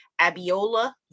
Abiola